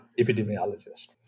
epidemiologist